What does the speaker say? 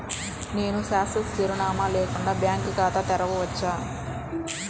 నేను శాశ్వత చిరునామా లేకుండా బ్యాంక్ ఖాతా తెరవచ్చా?